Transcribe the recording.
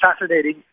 fascinating